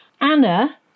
Anna